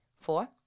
Four